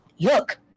look